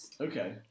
Okay